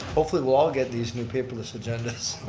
hopefully we'll all get these new paperless agendas.